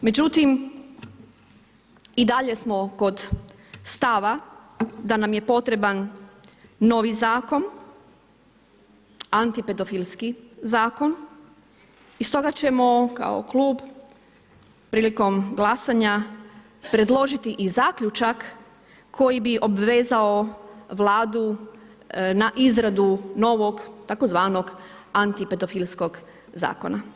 Međutim, i dalje smo kod stava da nam je potreban novi zakon, antipedofilski i stoga ćemo kao klub prilikom glasanja predložiti i zaključak koji bi obvezao Vladu na izradu novog tzv. antipedofilskog zakona.